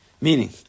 Meaning